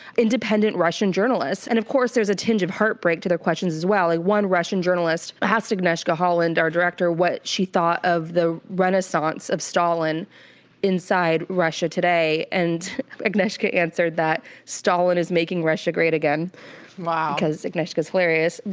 independent russian journalists, and of course there's a tinge of heartbreak to their questions as well. like one russian journalist asked agnieszka holland, our director, what she thought of the renaissance of stalin inside russia today. and agnieszka answered that stalin is making russia great again like because agnieszka is hilarious.